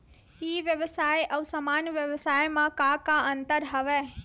ई व्यवसाय आऊ सामान्य व्यवसाय म का का अंतर हवय?